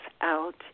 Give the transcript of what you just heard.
out